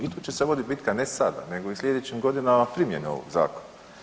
I tu će se voditi bitka ne sada, nego i u sljedećim godinama primjene ovoga zakona.